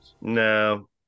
No